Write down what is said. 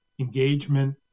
engagement